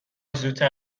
زودتر